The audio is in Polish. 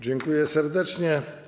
Dziękuję serdecznie.